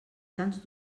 cants